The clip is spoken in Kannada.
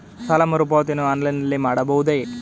ಸಾಲ ಮರುಪಾವತಿಯನ್ನು ಆನ್ಲೈನ್ ನಲ್ಲಿ ಮಾಡಬಹುದೇ?